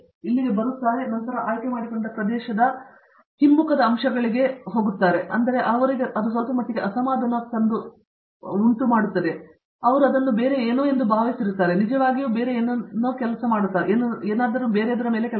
ಆದ್ದರಿಂದ ಅವರು ಇಲ್ಲಿಗೆ ಬರುತ್ತಾರೆ ಮತ್ತು ನಂತರ ಅವರು ಆಯ್ಕೆ ಮಾಡಿಕೊಂಡ ಪ್ರದೇಶದ ಹಿಮ್ಮುಖದ ಅಂಶಗಳಿಗೆ ಒಡ್ಡುತ್ತಾರೆ ಮತ್ತು ಅದು ಅವರಿಗೆ ಸ್ವಲ್ಪ ಮಟ್ಟಿಗೆ ಅಸಮಾಧಾನವನ್ನುಂಟುಮಾಡಬಹುದು ಏಕೆಂದರೆ ಅವರು ಅದನ್ನು ಬೇರೆ ಯಾವುದೋ ಎಂದು ಭಾವಿಸುತ್ತಾರೆ ಮತ್ತು ಅದು ನಿಜವಾಗಿಯೂ ಬೇರೆ ಯಾವುದಾದರೂ ಆಗಿರಬಹುದು